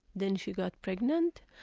then she got pregnant.